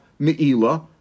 meila